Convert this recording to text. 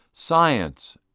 Science